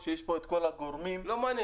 מי בעד?